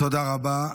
תודה רבה.